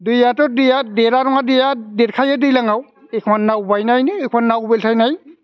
दैआथ' दैया देरा नङा बिराद देरखायो दैज्लांआव एखनब्ला नाव बायनायनो एखनब्ला नाव बेलथायनाय